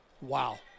wow